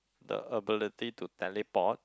the ability to teleport